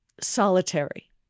solitary